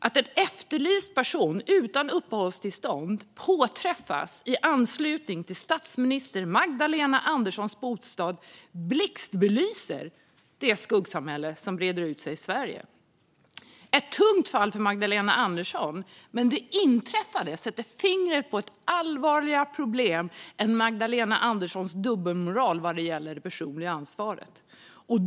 Att en efterlyst person utan uppehållstillstånd påträffas i anslutning till statsminister Magdalena Anderssons bostad blixtbelyser det skuggsamhälle som breder ut sig i Sverige. Ett tungt fall för Magdalena Andersson. Men det inträffade sätter fingret på ett allvarligare problem än Magdalena Anderssons dubbelmoral vad gäller det personliga ansvaret.